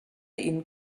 ihnen